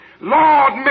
Lord